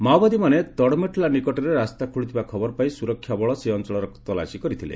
ମାଓବାଦୀମାନେ ତଡମେଟଲା ନିକଟରେ ରାସ୍ତା ଖୋକୁଥିବା ଖବର ପାଇ ସୁରକ୍ଷାବଳ ସେ ଅଞ୍ଚଳର ତଲାସୀ କରିଥିଲେ